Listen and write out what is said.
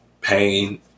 pain